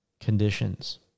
conditions